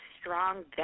strong